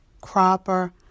Cropper